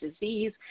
disease